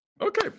Okay